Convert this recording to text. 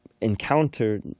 encounter